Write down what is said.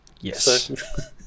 Yes